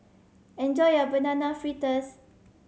enjoy your Banana Fritters